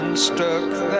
Stuck